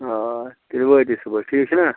آ تیٚلہِ وٲتۍ أسۍ صُبَحس ٹھیٖک چھُناہ